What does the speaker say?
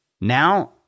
Now